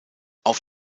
auf